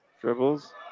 dribbles